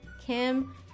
Kim